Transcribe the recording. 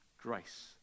grace